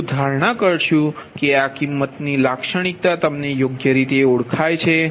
તો ધારણા કરશુ કે આ કિંમતની લાક્ષણિકતા તમને યોગ્ય રીતે ઓળખાય છે